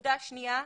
נקודה שנייה,